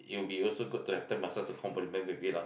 you'll be also good to have Thai massage to compliment with it lah